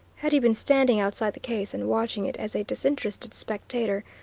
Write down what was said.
had he been standing outside the case and watching it as a disinterested spectator,